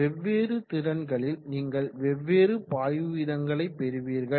வெவ்வேறு திறன்களில் நீங்கள் வெவ்வேறு பாய்வு வீதங்களை பெறுவீர்கள்